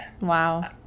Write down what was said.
wow